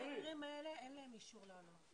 כל המקרים האלה, אין להם אישור לעלות.